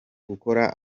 gukora